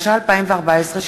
התשע"ה 2014,